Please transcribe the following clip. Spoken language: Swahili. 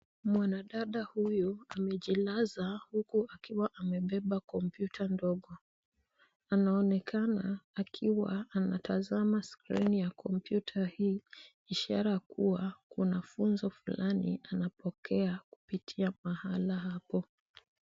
Mwanadada huyu amejilaza huku akiwa amebeba kompyuta ndogo. Anaonekana akiwa anatazama skrini ya kompyuta hiki ishara kuwa kuna funzo fulani anapokea kupitia mahala hapo.